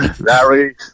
Larry